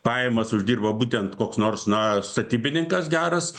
pajamas uždirba būtent koks nors na statybininkas geras